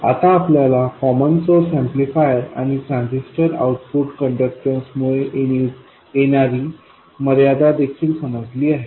आता आपल्याला common source amplifier आणि ट्रान्झिस्टर आउटपुट कंडक्टन्स मुळे येणारी मर्यादा देखील समजली आहे